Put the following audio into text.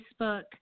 Facebook